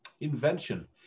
invention